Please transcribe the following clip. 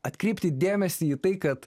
atkreipti dėmesį į tai kad